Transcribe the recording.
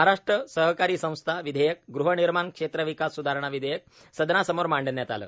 महाराष्ट्र सहकारी संस्था विधेयक गृहनिर्माण क्षेत्रविकास स्धारणा विधेयक सदनासमोर मांडण्यात आलं